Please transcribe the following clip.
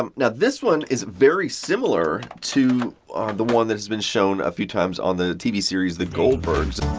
um now, this one is very similar to the one that has been shown a few times on the tv series the goldbergs.